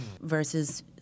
versus